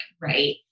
Right